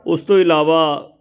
ਉਸ ਤੋਂ ਇਲਾਵਾ